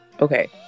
Okay